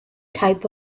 type